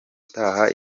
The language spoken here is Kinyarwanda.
utaha